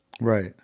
Right